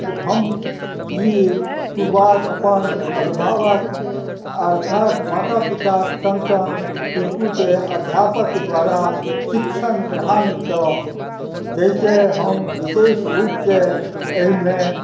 हम ई शुरुआत अपन अभिभावक अर्थात माता पिताक सङ्ग सङ्ग इसकुलके अध्यापक द्वारा शिक्षण ग्रहण कयलहुँ जैसँ हम विशेष रूपसँ एहिमे